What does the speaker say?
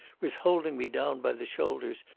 was holding me down by the shoulders,